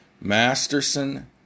Masterson